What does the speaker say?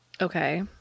okay